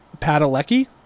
Padalecki